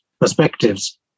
perspectives